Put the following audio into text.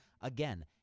Again